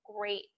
great